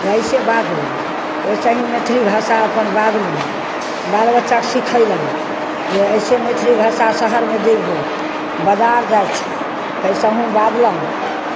जे अइसे बाजू तऽ वइसे ही मैथिली भाषा अपन बाजलहुँ बाल बच्चाकेँ सिखयलहुँ जे अइसे मैथिली भाषा शहरमे जयबहो बाजार जाइ छै कैसेहुँ बाजलहुँ